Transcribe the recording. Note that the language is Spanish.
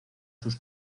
sus